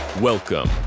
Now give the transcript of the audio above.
Welcome